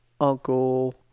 uncle